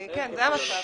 כן, זה המצב.